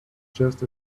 just